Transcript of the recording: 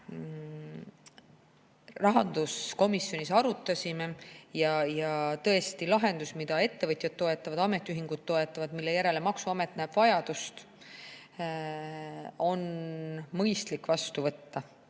registreerida. Rahanduskomisjonis arutasime ja tõesti, lahendus, mida ettevõtjad ja ametiühingud toetavad ning mille järele maksuamet näeb vajadust, on mõistlik vastu võtta.